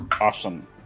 Awesome